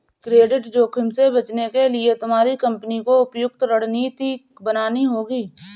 credit जोखिम से बचने के लिए तुम्हारी कंपनी को उपयुक्त रणनीति बनानी होगी